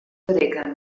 berikken